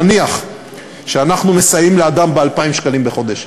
נניח שאנחנו מסייעים לאדם ב-2,000 שקלים בחודש,